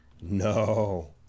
No